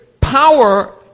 power